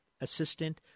assistant